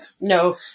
no